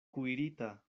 kuirita